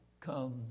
come